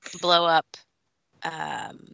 blow-up